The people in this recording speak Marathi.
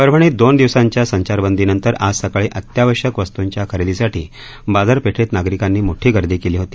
परभणीत दोन दिवसांच्या संचारबंदीनतर आज सकाळी अत्यावश्यक वस्तंच्या खरेदीसाठी बाजार पेठेत नागरिकांनी मोठी गर्दी केली होती